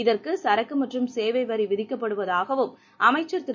இதற்குசரக்குமற்றும் சேவைவரிவிதிக்கப்படுவதாகவும் அமைச்சர் திரு